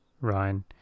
Ryan